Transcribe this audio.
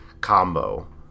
combo